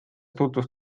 tutvus